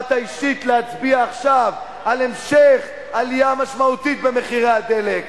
באת אישית להצביע עכשיו על המשך עלייה משמעותית במחיר הדלק.